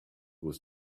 was